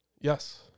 Yes